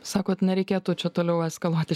sakot nereikėtų čia toliau eskaluoti